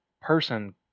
person